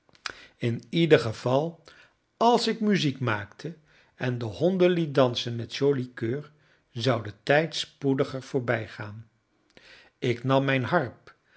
in ieder geval als ik muziek maakte en de honden liet dansen met joli coeur zou de tijd spoediger voorbijgaan ik nam mijn harp